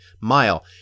mile